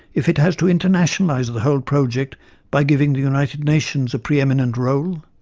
if it has to internationalise the whole project by giving the united nations a pre-eminent role,